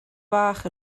fach